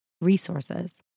resources